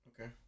Okay